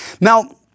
Now